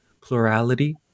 plurality